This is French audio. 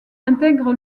intègre